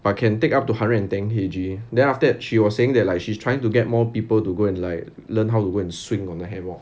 but can take up to hundred and ten K_G then after that she was saying that like she's trying to get more people to go and like learn how to go and swing on the hammock